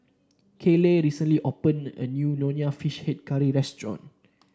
Kayleigh recently opened a new Nonya Fish Head restaurant